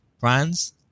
brands